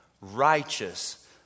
righteous